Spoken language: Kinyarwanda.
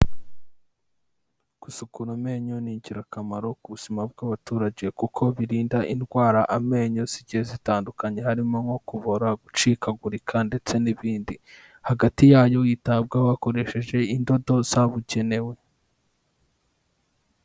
Gusukura amenyo ni ingirakamaro ku buzima bw'abaturage kuko birinda indwara amenyo zigiye zitandukanye harimo nko kubora, gucikagurika ndetse n'ibindinhagati y'ayo, yitabwaho hakoresheje indodo zabugenewe.